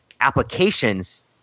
applications